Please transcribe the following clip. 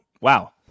Wow